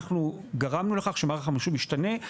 אנחנו גרמנו לכך שמערך המחשוב ישתנה.